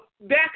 back